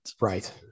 right